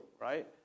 right